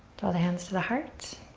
the hands to the heart.